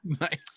nice